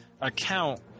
account